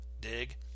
Dig